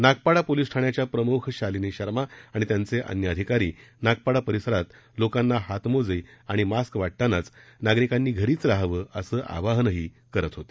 Nagpada police ठाण्याच्या प्रमुख शालिनी शर्मा आणि त्यांचे अन्य अधिकारी नागपाडा परिसरात लोकांना हातमोजे आणि मास्क वाटतानाच नागरिकांनी घरीच राहावं असं आवाहनही ते करत होते